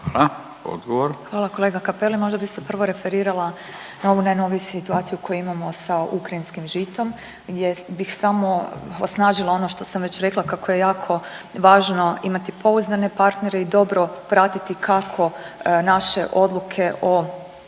(Nezavisni)** Hvala kolega Cappelli, možda bi se prvo referirala na ovu najnoviju situaciju koju imamo sa ukrajinskim žitom gdje bih samo osnažila ono što sam već rekla kako je jako važno imati pouzdane partnere i dobro pratiti kako naše odluke o